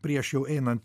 prieš jau einant